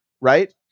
Right